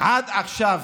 עד עכשיו,